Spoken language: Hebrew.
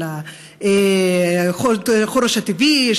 של החורש הטבעי,